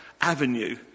avenue